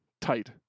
tight